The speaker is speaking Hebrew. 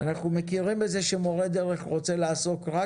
אנחנו מכירים בזה שמורה דרך רוצה לעסוק רק